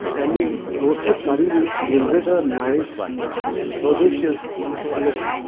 and the roasted curry leaf gives it a nice herbaceous lift.